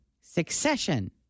Succession